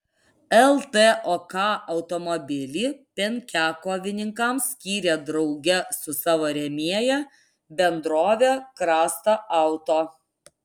ltok automobilį penkiakovininkams skyrė drauge su savo rėmėja bendrove krasta auto